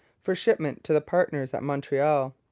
for shipment to the partners at montreal.